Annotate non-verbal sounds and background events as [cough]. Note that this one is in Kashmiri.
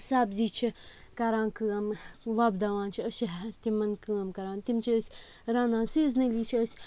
سَبزی چھِ کَران کٲم وۄپداوان چھِ أسۍ چھِ [unintelligible] تِمَن کٲم کَران تِم چھِ أسۍ رَنان سیٖزنٔلی چھِ أسۍ